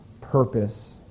purpose